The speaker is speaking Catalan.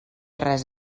res